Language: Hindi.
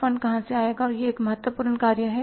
फंड कहां से आएगा यह एक महत्वपूर्ण कार्य है